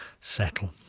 settle